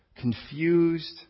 confused